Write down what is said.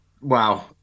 wow